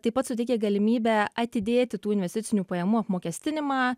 taip pat suteikia galimybę atidėti tų investicinių pajamų apmokestinimą